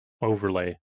overlay